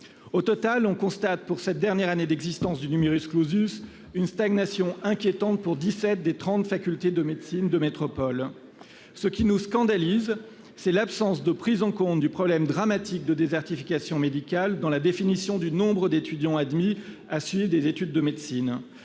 Au total, on constate, pour cette dernière année d'existence du, une stagnation inquiétante pour dix-sept des trente facultés de médecine de la métropole. Ce qui nous scandalise, c'est l'absence de prise en compte du problème dramatique que constitue la désertification médicale dans la définition du nombre d'étudiants admis à suivre des études de médecine.